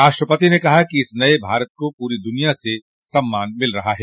राष्ट्रपति ने कहा कि इस नए भारत को पूरी दुनिया से सम्मान मिल रहा है